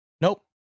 Nope